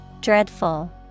Dreadful